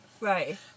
Right